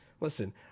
Listen